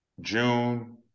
june